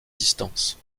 distances